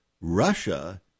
Russia